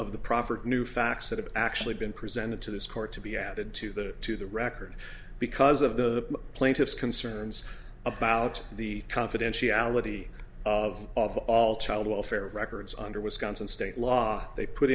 of the proffered new facts that have actually been presented to this court to be added to the to the record because of the plaintiff's concerns about the confidentiality of of all child welfare records under wisconsin state law they put